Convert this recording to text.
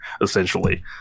essentially